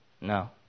No